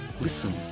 Listen